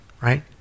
right